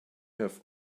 have